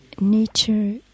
nature